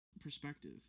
perspective